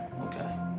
Okay